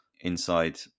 inside